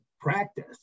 practice